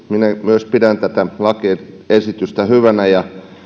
myös minä pidän tätä lakiesitystä hyvänä ja